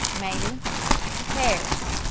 maybe, who cares.